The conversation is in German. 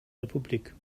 republik